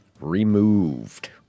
Removed